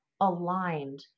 aligned